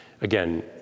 Again